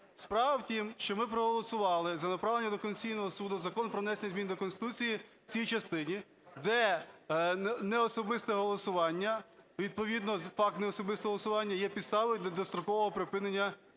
Справа в тім, що ми проголосували за направленні до Конституційного Суду Закон про внесення змін до Конституції в тій частині, де неособисте голосування, відповідно, факт неособистого голосування є підставою для дострокового припинення